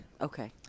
okay